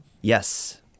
Yes